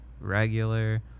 Regular